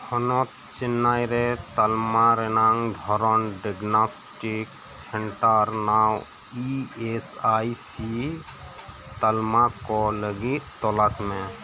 ᱦᱚᱱᱚᱛ ᱪᱮᱱᱱᱟᱭ ᱨᱮ ᱛᱟᱞᱢᱟ ᱨᱮᱱᱟᱝ ᱫᱷᱚᱨᱚᱱ ᱰᱟᱭᱟᱜᱽᱱᱚᱥᱴᱤᱠ ᱥᱮᱱᱴᱟᱨ ᱱᱟᱣ ᱤ ᱮᱥ ᱟᱭ ᱥᱤ ᱛᱟᱞᱢᱟ ᱠᱚ ᱞᱟᱹᱜᱤᱫ ᱛᱚᱞᱟᱥ ᱢᱮ